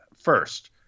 First